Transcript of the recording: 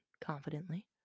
confidently